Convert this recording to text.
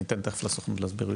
אני אתן תכף לסוכנות להסביר.